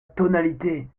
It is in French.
tonalité